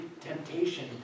temptation